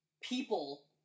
people